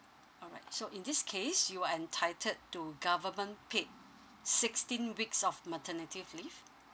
all right so in this case you are entitled to government paid sixteen weeks of maternity leave